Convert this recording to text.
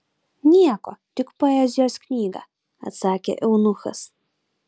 nieko tik poezijos knygą atsakė eunuchas